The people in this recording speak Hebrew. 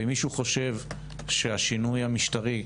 ואם מישהו חושב שהשינוי המשטרי,